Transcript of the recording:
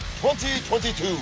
2022